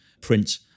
print